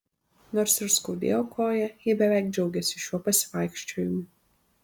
nors ir skaudėjo koją ji beveik džiaugėsi šiuo pasivaikščiojimu